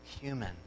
human